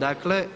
Dakle